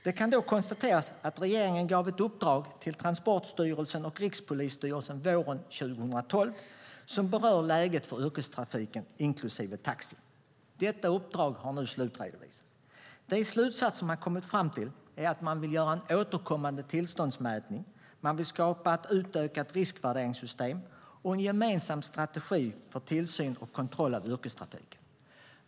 Det kan då konstateras att regeringen gav ett uppdrag till Transportstyrelsen och Rikspolisstyrelsen våren 2012 som berör läget för yrkestrafiken inklusive taxi. Detta uppdrag har nu slutredovisats. De slutsatser man kommit fram till är att man vill göra en återkommande tillståndsmätning och skapa ett utökat riskvärderingssystem och en gemensam strategi för tillsyn och kontroll av yrkestrafiken.